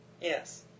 Yes